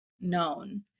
known